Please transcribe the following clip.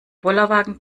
bollerwagen